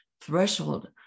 threshold